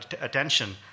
attention